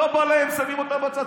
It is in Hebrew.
לא בא להם, שמים אותה בצד.